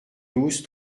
douze